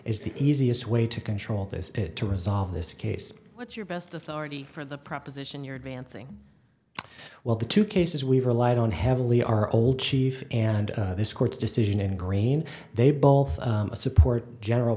is the easiest way to control this to resolve this case what's your best authority for the proposition you're advancing well the two cases we've relied on heavily our old chief and this court decision in green they both support general